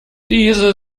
diese